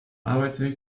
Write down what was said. arbeitsweg